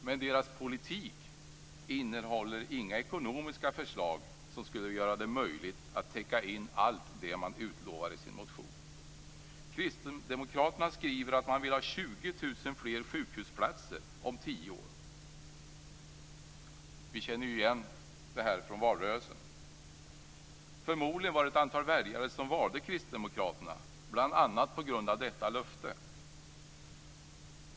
Men deras politik innehåller inga ekonomiska förslag som skulle göra det möjligt att täcka in allt det som utlovas i motionen. Kristdemokraterna skriver att de vill ha 20 000 fler sjukhusplatser om tio år. Vi känner igen det här från valrörelsen. Förmodligen valde ett antal väljare Kristdemokraterna bl.a. på grund av detta löfte.